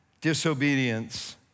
disobedience